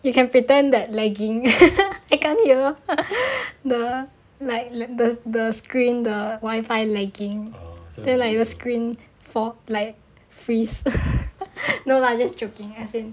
you can pretend that lagging I can't hear the like the the screen the wifi lagging then the screen for like freeze no lah just joking as in